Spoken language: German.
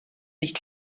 nicht